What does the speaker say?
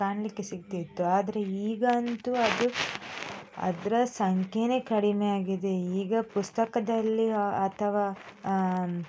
ಕಾಣಲಿಕ್ಕೆ ಸಿಕ್ತಿತ್ತು ಆದರೆ ಈಗ ಅಂತೂ ಅದು ಅದರ ಸಂಖ್ಯೆನೆ ಕಡಿಮೆಯಾಗಿದೆ ಈಗ ಪುಸ್ತಕದಲ್ಲಿ ಅಥವಾ